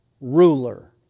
ruler